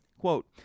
Quote